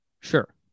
Sure